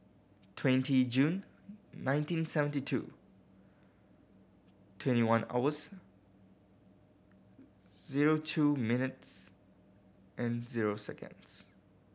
twenty June nineteen seventy two twenty one hours zero two minutes and zero seconds